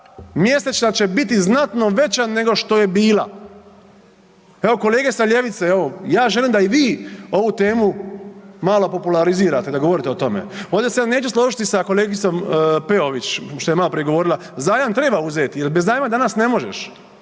mjesečna će biti znatno veća nego što je bila. Evo kolege sa ljevice, ja želim da i vi ovu temu malo popularizirate da govorite o tome. Ovdje se neću složiti sa kolegicom Peović što je maloprije govorila, zajam treba uzeti jer bez zajma danas ne možeš.